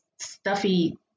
stuffy